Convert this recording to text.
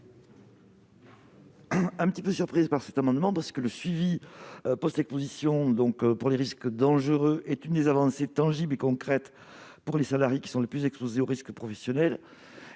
quelque peu surprise par cet amendement : le suivi post-exposition à des risques dangereux est une avancée tangible et concrète pour les salariés les plus exposés à des risques professionnels.